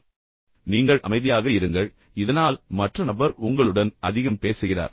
மறுபுறம் நீங்கள் அமைதியாகவும் ஆறுதலாகவும் இருங்கள் இதனால் மற்ற நபர் உங்களுடன் அதிகம் பேசுகிறார்